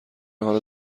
حال